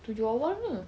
tujuh awalnya